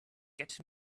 get